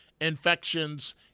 infections